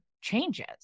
changes